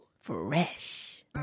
Fresh